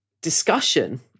discussion